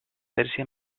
berezia